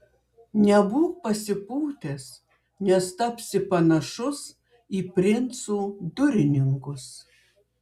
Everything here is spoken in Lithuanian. nebūk pasipūtęs nes tapsi panašus į princų durininkus